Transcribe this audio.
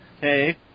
Hey